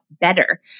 better